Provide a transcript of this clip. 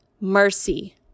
Mercy